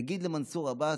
תגיד למנסור עבאס,